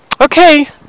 Okay